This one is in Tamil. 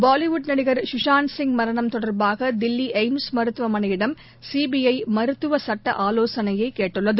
பாலிவுட் நடிகர் குஷாந்த் சிங் மரணம் தொடர்பாக தில்லிளய்ம்ஸ் மருத்துவமனையிடம் சிபிஐமருத்துவசட்ட ஆலோசனையைகேட்டுள்ளது